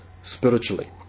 spiritually